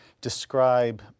describe